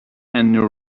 and